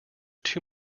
too